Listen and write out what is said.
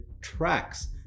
tracks